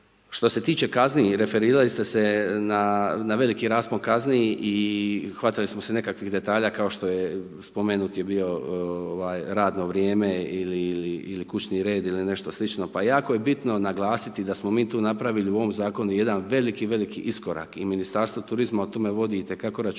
Što se tiče kazni, referirali ste se na veliki raspon kazni i hvatali smo nekakvih detalja kao što je spomenut je bio ovaj radno vrijeme ili kućni red ili nešto slično. Pa jako je bitno naglasiti da smo mi tu napravili u ovom zakonu jedan veliki, veliki iskorak i Ministarstvo turizma o tome vodi i te kako računa.